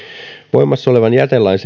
voimassa olevan jätelain